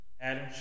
Adam